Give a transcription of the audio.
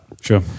Sure